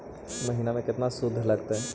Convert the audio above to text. महिना में केतना शुद्ध लगतै?